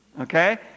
okay